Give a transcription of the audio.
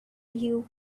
you